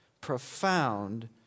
profound